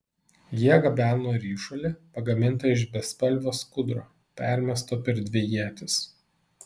jie gabeno ryšulį pagamintą iš bespalvio skuduro permesto per dvi ietis